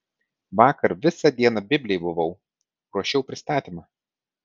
vakar visą dieną biblėj buvau ruošiau pristatymą